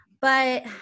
but-